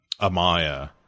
Amaya